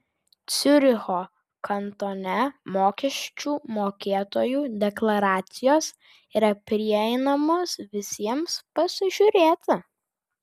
ciuricho kantone mokesčių mokėtojų deklaracijos yra prieinamos visiems pasižiūrėti